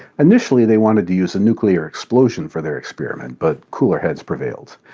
initially they wanted to use a nuclear explosion for their experiment, but cooler heads prevailed.